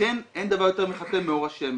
שלכן אין דבר יותר --- מאור השמש.